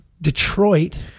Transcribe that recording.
detroit